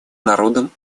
народом